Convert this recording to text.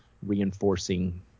Reinforcing